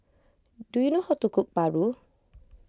do you know how to cook Paru